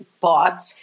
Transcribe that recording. bought